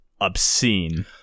obscene